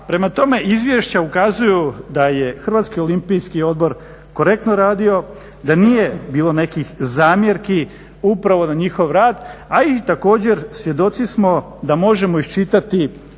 Prema tome, izvješća ukazuju da je Hrvatski olimpijski odbor korektno radio, da nije bilo nekih zamjerki upravo na njihov rad a i također svjedoci smo da možemo iščitati